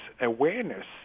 awareness